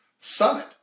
summit